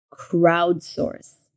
crowdsource